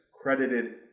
credited